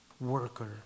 worker